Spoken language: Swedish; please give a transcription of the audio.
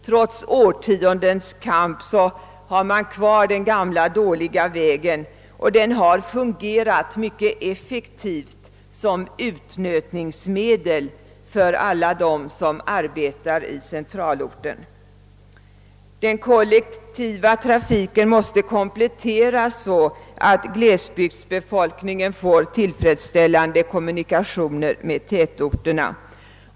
Trots årtiondens kamp har man kvar den gamla dåliga vägen, och den har fungerat mycket effektivt som utnötningsmedel för dem som arbetar i centralorten. Den kollektiva trafiken måste kompletteras så att glesbygden får tillfredsställande kommunikationer med tätorterna.